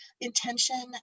intention